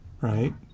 right